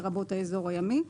לרבות האזור הימי.